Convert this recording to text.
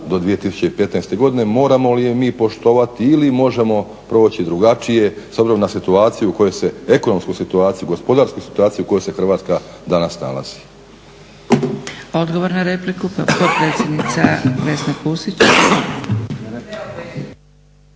do 2015. godine moramo li mi poštovati ili možemo proći drugačije s obzirom na situaciju, ekonomsku situaciju, gospodarsku situaciju u kojoj se Hrvatska danas nalazi. **Zgrebec, Dragica (SDP)** Odgovor na repliku, potpredsjednica Vesna Pusić.